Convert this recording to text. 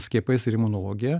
skiepais ir imunologija